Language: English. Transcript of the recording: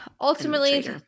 Ultimately